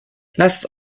lasst